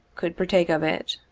could partake of it.